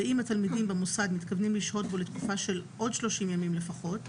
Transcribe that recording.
ואם התלמידים במוסד מתכוונים לשהות בו לתקופה של עוד 30 ימים לפחות,